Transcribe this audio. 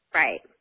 right